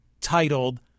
titled